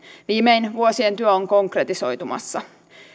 viimein vuosien työ on konkretisoitumassa